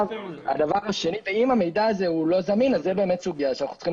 אם המידע הזה לא זמין זאת באמת סוגיה שאנחנו צריכים